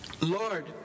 Lord